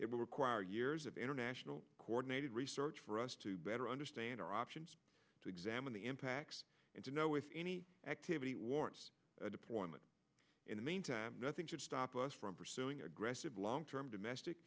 will require years of international coordinated research for us to better understand our options to examine the impacts and to know if any activity warrants deployment in the meantime nothing should stop us from pursuing aggressive long term domestic